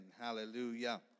Hallelujah